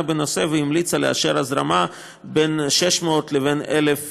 בנושא והמליצה לאשר הזרמה של בין 600 ל-1,000